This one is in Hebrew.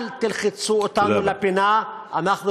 אל תלחצו אותנו לפינה, תודה.